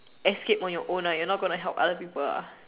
escape on your own right your not going to help other people